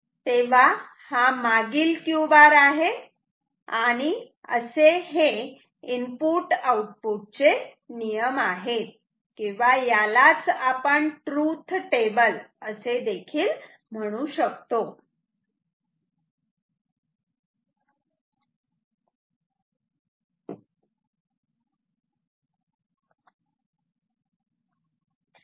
तेव्हा हा मागील Q बार आहे आणि असे हे इनपुट आऊटपुट चे नियम आहेत किंवा यालाच आपण ट्रुथ टेबल असे देखील म्हणू शकतो